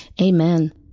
Amen